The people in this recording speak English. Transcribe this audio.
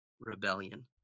Rebellion